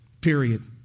period